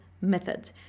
method